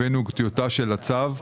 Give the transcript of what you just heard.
הבאנו טיוטת הצו.